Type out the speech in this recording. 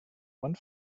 one